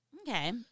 Okay